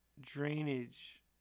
drainage